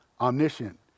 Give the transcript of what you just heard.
omniscient